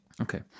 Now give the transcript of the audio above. Okay